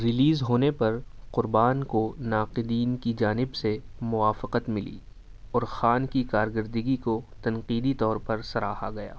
release ہونے پر قربان کو ناقدین کی جانب سے موافقت ملی اور خان کی کارکردگی کو تنقیدی طور پر سراہا گیا